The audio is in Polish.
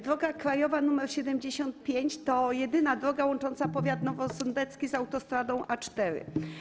Droga krajowa nr 75 to jedyna droga łącząca powiat nowosądecki z autostradą A4.